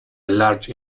large